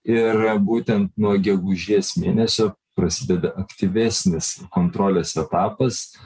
ir būtent nuo gegužės mėnesio prasideda aktyvesnis kontrolės etapas